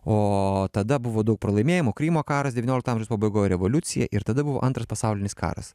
o tada buvo daug pralaimėjimo krymo karas devyniolikto amžiaus pabaigoj revoliucija ir tada buvo antras pasaulinis karas